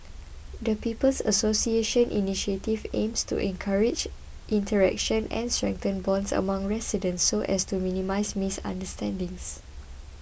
the People's Association initiative aims to encourage interaction and strengthen bonds among residents so as to minimise misunderstandings